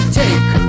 take